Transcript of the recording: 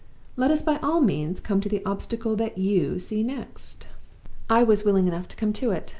let us by all means come to the obstacle that you see next i was willing enough to come to it.